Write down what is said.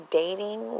dating